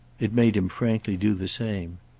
it made him frankly do the same.